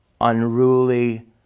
unruly